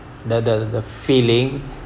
the the the feeling